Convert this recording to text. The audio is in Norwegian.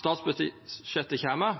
Statsbudsjettet kjem.